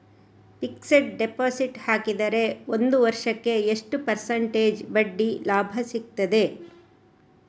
Fixed deposit ಹಾಕಿದರೆ ಒಂದು ವರ್ಷಕ್ಕೆ ಎಷ್ಟು ಪರ್ಸೆಂಟೇಜ್ ಬಡ್ಡಿ ಲಾಭ ಸಿಕ್ತದೆ?